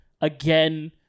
again